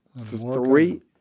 Three